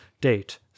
Date